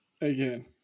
Again